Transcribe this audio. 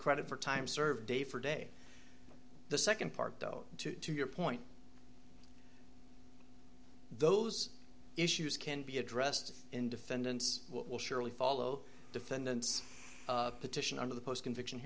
credit for time served day for day the second part of two to your point those issues can be addressed in defendants will surely follow defendant's petition under the post conviction